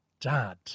dad